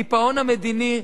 הקיפאון המדיני,